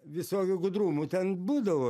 visokių gudrumų ten būdavo